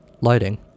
lighting